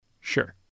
Sure